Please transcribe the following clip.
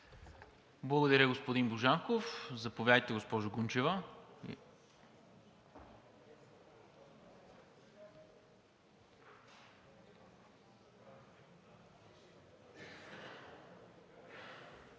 Благодаря Ви, господин Божанков. Заповядайте, госпожо Гунчева.